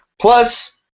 plus